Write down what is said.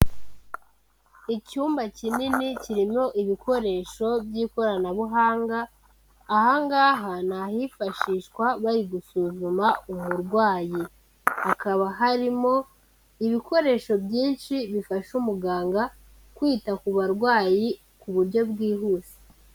Icyumba kinini kirimo ibikoresho by'ikoranabuhanga, aha ngaha ni ahifashishwa bari gusuzuma umurwayi, hakaba harimo ibikoresho byinshi bifasha umuganga kwita ku barwayi ku buryo bwihuse.